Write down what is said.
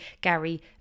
Gary